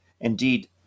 Indeed